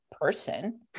person